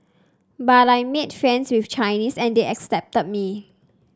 but I made friends with Chinese and they accepted me